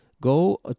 go